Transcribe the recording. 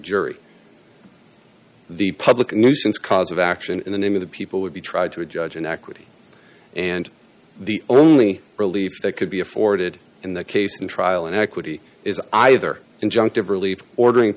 jury the public nuisance cause of action in the name of the people would be tried to a judge in equity and the only relief that could be afforded in the case in trial in equity is either injunctive relief ordering